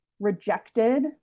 rejected